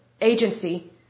agency